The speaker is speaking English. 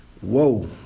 whoa